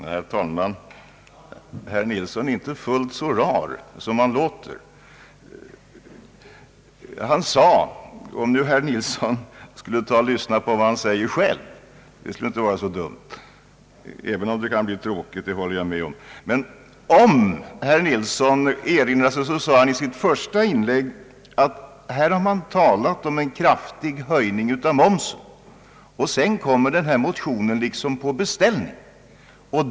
Herr talman! Herr Ferdinand Nilsson är inte fullt så rar som han låter. Hur skulle det vara om herr Ferdinand Nilsson lyssnade på vad han säger själv? Det skulle kanske inte vara så dumt, även om jag kan hålla med om att det ibland kan vara tråkigt. I sitt första inlägg sade herr Nilsson att här hade man talat om en kraftig höjning av momsen, och sedan kom motionen som på beställning.